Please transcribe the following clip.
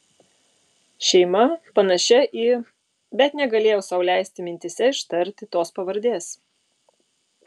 šeima panašia į bet negalėjau sau leisti mintyse ištarti tos pavardės